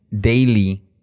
daily